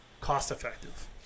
cost-effective